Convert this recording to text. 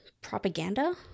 propaganda